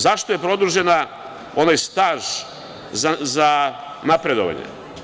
Zašto je produžen onaj staž za napredovanje?